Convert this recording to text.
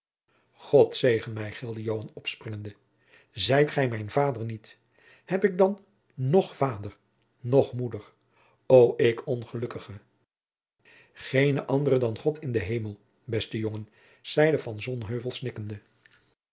god zegen mij gilde joan opspringende zijt gij mijn vader niet heb ik dan noch vader noch moeder o ik ongelukkige geene andere dan god in den hemel beste jongen zeide